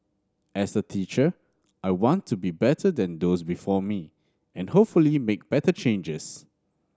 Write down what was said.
as a teacher I want to be better than those before me and hopefully make better changes